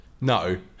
no